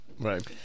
Right